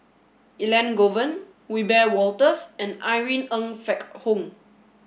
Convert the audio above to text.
Elangovan Wiebe Wolters and Irene Ng Phek Hoong